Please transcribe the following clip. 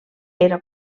era